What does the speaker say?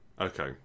Okay